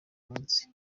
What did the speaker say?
munsi